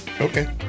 okay